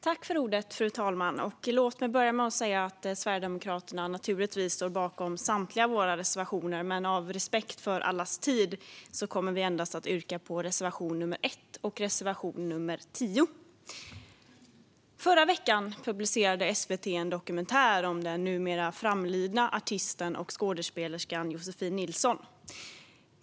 Fru talman! Låt mig börja med att säga att vi i Sverigedemokraterna naturligtvis står bakom samtliga våra reservationer, men av respekt för allas tid kommer vi att yrka bifall endast till reservation nr 1 och reservation nr 10. Förra veckan publicerade SVT en dokumentär om den numera framlidna artisten och skådespelerskan Josefin Nilsson.